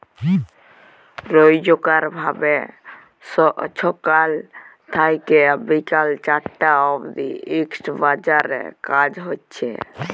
রইজকার ভাবে ছকাল থ্যাইকে বিকাল চারটা অব্দি ইস্টক বাজারে কাজ হছে